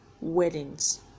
weddings